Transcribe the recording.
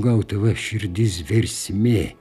gaudavai širdis versmė